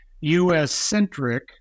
US-centric